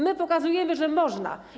My pokazujemy, że można.